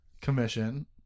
commission